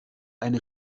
eine